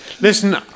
Listen